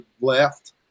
left